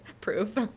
proof